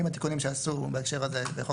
אם התיקונים שיעשו בהקשר הזה בחוק